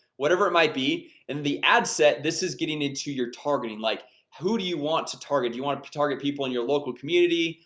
whatever it might be and the ad set this is getting into your targeting like who do you want to target you want to target people in your local community?